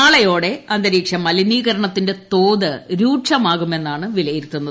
നാളെ യോടെ അന്തരീക്ഷ മലിനീകരണത്തിന്റെ തോത് രൂക്ഷമാകുമെ ന്നാണ് വിലയിരുത്തുന്നത്